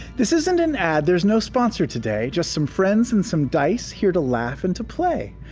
this isn't an ad. there's no sponsor today, just some friends and some dice, here to laugh and to play.